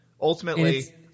ultimately